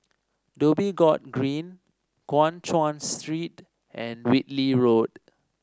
Dhoby Ghaut Green Guan Chuan Street and Whitley Road